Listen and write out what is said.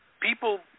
people